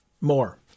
More